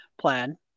plan